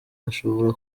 ashobora